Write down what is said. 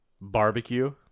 Barbecue